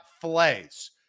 fillets